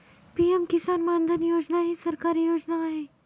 PM Kisan Maandhan Yojana ही सरकारी योजना आहे